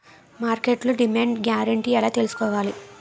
మార్కెట్లో demand guarantee ఎలా తెల్సుకోవాలి?